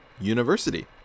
University